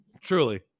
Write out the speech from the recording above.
Truly